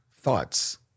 thoughts